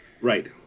Right